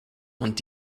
und